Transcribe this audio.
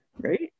Right